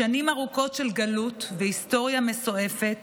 בשנים ארוכות של גלות והיסטוריה מסועפת